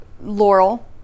Laurel